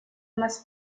mass